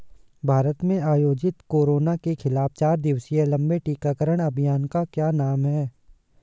भारत में आयोजित कोरोना के खिलाफ चार दिवसीय लंबे टीकाकरण अभियान का क्या नाम है?